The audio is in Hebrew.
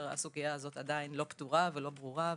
הסוגיה הזו עדיין לא פתורה ולא ברורה.